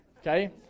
okay